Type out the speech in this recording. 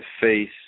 face